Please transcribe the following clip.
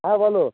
হ্যাঁ বলো